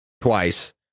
twice